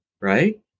Right